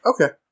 Okay